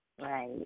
Right